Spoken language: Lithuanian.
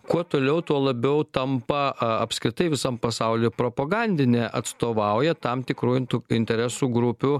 kuo toliau tuo labiau tampa a apskritai visam pasauly propagandine atstovauja tam tikrų intu interesų grupių